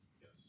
yes